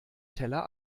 teller